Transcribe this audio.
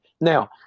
Now